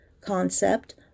concept